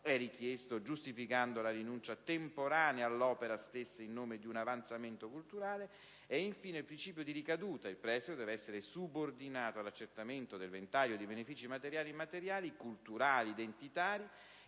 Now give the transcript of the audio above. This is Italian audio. è richiesto, giustificando la rinuncia temporanea all'opera stessa in nome di un avanzamento culturale; infine il principio di ricaduta, perché il prestito deve essere subordinato all'accertamento del ventaglio di benefici materiali, immateriali, culturali e identitari,